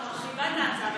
את מרחיבה את ההצעה,